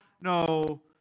no